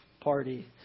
party